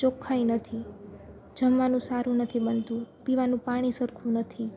ચોખ્ખાઈ નથી જમવાનું સારું નથી મળતું પીવાનું પાણી સરખું નથી